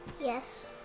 Yes